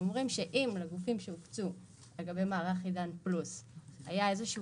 אומרים שאם לגופים שהוקצו על גבי מערך עידן פלוס היה איזשהו